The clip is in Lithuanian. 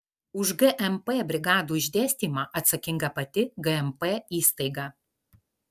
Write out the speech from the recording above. už gmp brigadų išdėstymą atsakinga pati gmp įstaiga